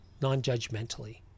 non-judgmentally